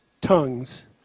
tongues